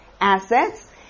assets